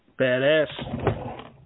Badass